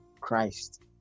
Christ